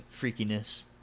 freakiness